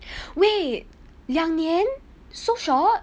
wait 两年 so short